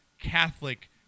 Catholic